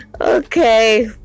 Okay